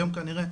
היום כנראה,